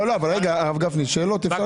רגע הרב גפני שאלות אפשר?